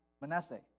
Manasseh